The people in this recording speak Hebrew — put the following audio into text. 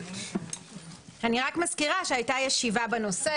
אני מזכירה שהייתה ישיבה בנושא.